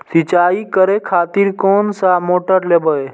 सीचाई करें खातिर कोन सा मोटर लेबे?